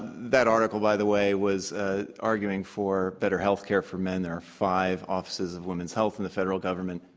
that article, by the way, was ah arguing for better healthcare for men. there are five offices of women's health in the federal government,